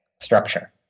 structure